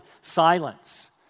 silence